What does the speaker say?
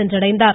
சென்றடைந்தார்